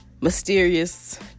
mysterious